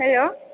hello